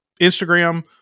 Instagram